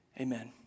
Amen